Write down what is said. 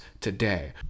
today